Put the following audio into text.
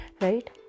Right